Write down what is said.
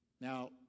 Now